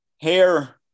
hair